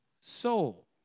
soul